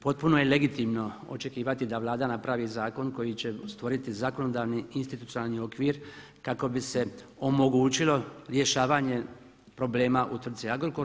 Potpuno je legitimno očekivati da Vlada napravi zakon koji će stvoriti zakonodavni i institucionalni okvir kako bi se omogućilo rješavanje problema u tvrtci Agrokor.